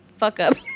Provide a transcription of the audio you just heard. fuck-up